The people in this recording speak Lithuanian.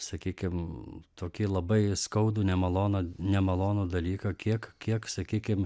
sakykim tokį labai skaudų nemalonų nemalonų dalyką kiek kiek sakykim